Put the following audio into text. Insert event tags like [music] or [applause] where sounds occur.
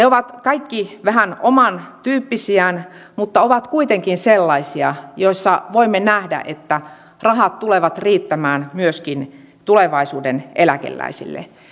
[unintelligible] ovat kaikki vähän omantyyppisiään mutta ovat kuitenkin sellaisia joissa voimme nähdä että rahat tulevat riittämään myöskin tulevaisuuden eläkeläisille